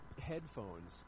Headphones